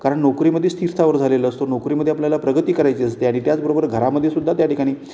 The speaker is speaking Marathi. कारण नोकरीमध्ये स्थिरस्थावर झालेलं असतो नोकरीमध्ये आपल्याला प्रगती करायची असते आणि त्याचबरोबर घरामध्येसुद्धा त्या ठिकाणी